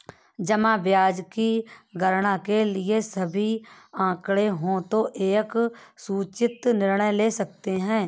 जमा ब्याज की गणना के लिए सभी आंकड़े हों तो एक सूचित निर्णय ले सकते हैं